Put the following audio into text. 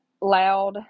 loud